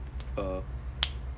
uh